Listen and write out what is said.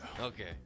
Okay